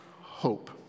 hope